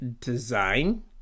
design